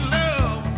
love